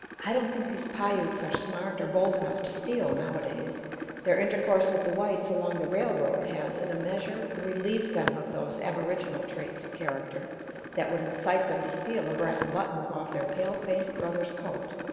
i don't think these piutes are smart or bold enough to steal nowadays their intercourse with the whites along the railroad has, in a measure, relieved them of those aboriginal traits of character that would incite them to steal a brass button off their pale-faced brother's coat,